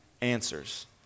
answers